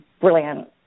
brilliant